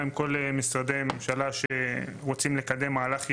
עם כל משרדי הממשלה שרוצים לקדם מהלך ייעודי,